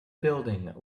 building